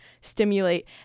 stimulate